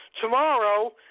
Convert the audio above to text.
Tomorrow